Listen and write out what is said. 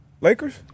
Lakers